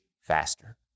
faster